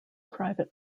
private